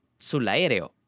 Sull'aereo